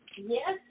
Yes